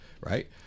right